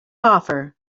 offer